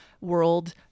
World